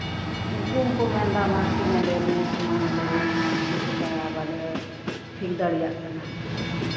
ᱩᱱᱠᱩ ᱦᱚᱸᱠᱚ ᱢᱮᱱᱫᱟ ᱢᱟ ᱦᱟᱹᱴᱤᱧᱟᱞᱮ ᱢᱮ ᱥᱚᱢᱟᱱᱟᱞᱮ ᱢᱮ ᱪᱮᱫ ᱞᱮᱠᱟ ᱵᱟᱞᱮ ᱴᱷᱤᱠ ᱫᱟᱲᱮᱭᱟᱜ ᱠᱟᱱᱟ